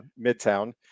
Midtown